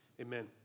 amen